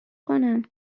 کنم